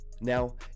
Now